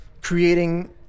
creating